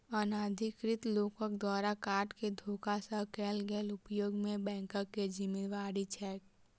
अनाधिकृत लोकक द्वारा कार्ड केँ धोखा सँ कैल गेल उपयोग मे बैंकक की जिम्मेवारी छैक?